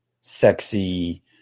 sexy